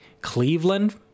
cleveland